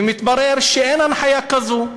ומתברר שאין הנחיה כזאת.